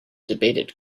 debated